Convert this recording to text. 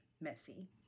messy